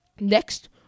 Next